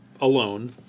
alone